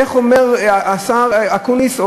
איך אומר סגן השר אקוניס?